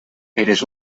eres